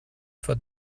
for